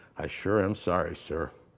i sure am sorry, sir.